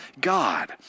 God